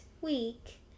week